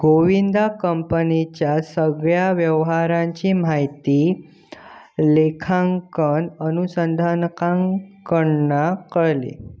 गोविंदका कंपनीच्या सगळ्या व्यवहाराची माहिती लेखांकन अनुसंधानाकडना कळली